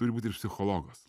turi būt ir psichologas